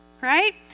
right